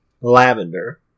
Lavender